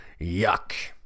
Yuck